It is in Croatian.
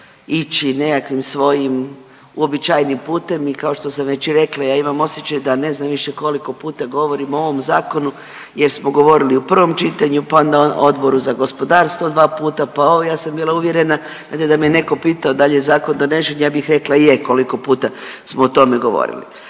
ići nekakvim svojim uobičajenim putem i kao što sam već i rekla, ja imam osjećaj da ne znam više koliko puta govorim o ovom zakonu jer smo govorili u prvom čitanju, pa onda na Odboru za gospodarstvo dva puta, pa ovo ja sam bila uvjerena da me neko pito dal je zakon donesen, ja bih rekla je koliko puta smo o tome govorili,